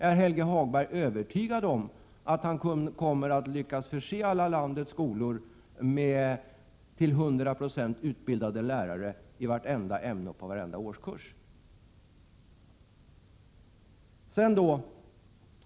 Är Helge Hagberg övertygad om att han kommer att lyckas med att förse alla landets skolor med till 100 96 utbildade lärare i vartenda ämne och i varenda årskurs?